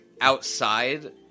outside